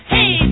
Hey